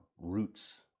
roots